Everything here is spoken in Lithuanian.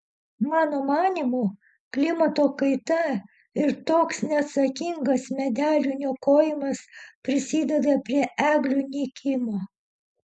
mano manymu klimato kaita ir toks neatsakingas medelių niokojimas prisideda prie eglių nykimo